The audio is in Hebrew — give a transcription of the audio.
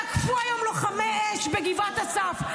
תקפו היום לוחמי אש בגבעת אסף.